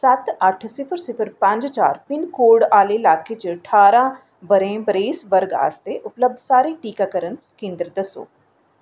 सत्त अठ सिफर सिफर पंज चार पिनकोड आह्ले लाके च ठारां ब'रें बरेस वर्ग आस्तै उपलब्ध सारे टीकाकरण केंदर दस्सो